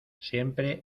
siempre